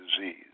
disease